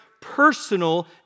personal